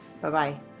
Bye-bye